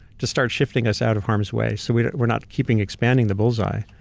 to start shifting us out of harm's way so we're we're not keeping expanding the bullseye.